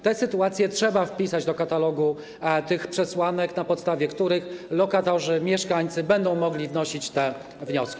Te sytuacje trzeba wpisać do katalogu przesłanek, na podstawie których lokatorzy, mieszkańcy będą mogli wnosić te wnioski.